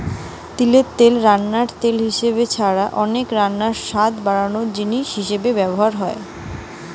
তিলের তেল রান্নার তেল হিসাবে ছাড়া অনেক রান্নায় স্বাদ বাড়ানার জিনিস হিসাবে ব্যভার হয়